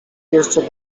jeszcze